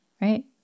Right